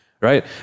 Right